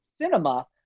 cinema